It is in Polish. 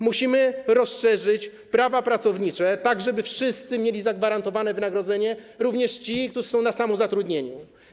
Musimy rozszerzyć prawa pracownicze, żeby wszyscy mieli zagwarantowane wynagrodzenie, również ci, którzy są na samozatrudnieniu.